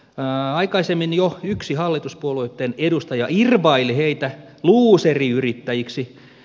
aikaisemmin jo yksi hallituspuolueitten edustaja irvaili heitä luuseriyrittäjiksi